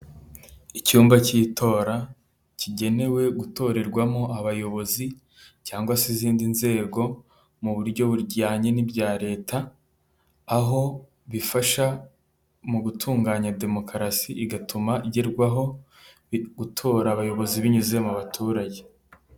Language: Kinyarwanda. Icyumba cy'itora kigenewe gutorerwamo abayobozi cyangwa se izindi nzego, mu buryo bujyanye n'ibya leta. Aho bifasha mu gutunganya demokarasi bigatuma igerwaho, gutora abayobozi binyuze mu baturage.